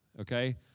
okay